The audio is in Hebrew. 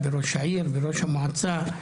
בראש העיר ובראש המועצה.